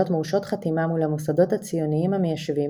מורשות חתימה מול המוסדות הציוניים המיישבים,